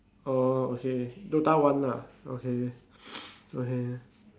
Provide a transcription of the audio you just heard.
oh okay dota one lah okay okay